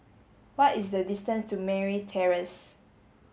what is the distance to Merryn Terrace